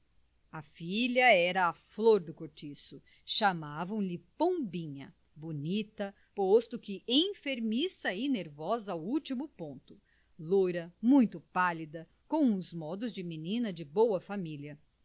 a filha era a flor do cortiço chamavam-lhe pombinha bonita posto que enfermiça e nervosa ao último ponto loura muito pálida com uns modos de menina de boa família